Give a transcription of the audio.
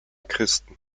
christen